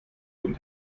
guten